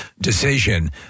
decision